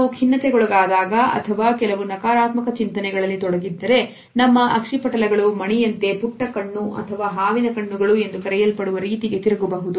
ನಾವು ಖಿನ್ನತೆಗೊಳಗಾದಗ ಅಥವಾ ಕೆಲವು ನಕಾರಾತ್ಮಕ ಚಿಂತನೆಗಳಲ್ಲಿ ತೊಡಗಿದ್ದರೆ ನಮ್ಮ ಅಕ್ಷಿಪಟಲ ಗಳು ಮಣಿಯಂತೆ ಪುಟ್ಟ ಕಣ್ಣು ಅಥವಾ ಹಾವಿನ ಕಣ್ಣುಗಳು ಎಂದು ಕರೆಯಲ್ಪಡುವ ರೀತಿಗೆ ತಿರುಗಬಹುದು